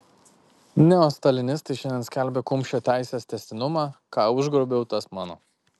neostalinistai šiandien skelbia kumščio teisės tęstinumą ką užgrobiau tas mano